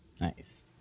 Nice